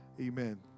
Amen